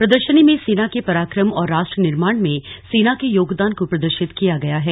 प्रदर्शनी में सेना के पराक्रम और राष्ट्र निर्माण में सेना के योगदान को प्रदर्शित किया गया है